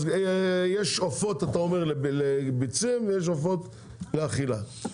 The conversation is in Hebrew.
יש עופות לביצים ויש עופות לאכילה.